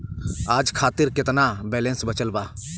आज खातिर केतना बैलैंस बचल बा?